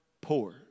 poor